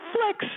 Flex